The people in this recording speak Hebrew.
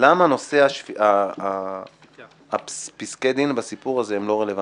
למה נושא פסקי הדין בסיפור הזה הם לא רלוונטיים.